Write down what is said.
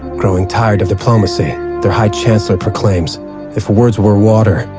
growing tired of diplomacy, the high-chancellor proclaims if words were water,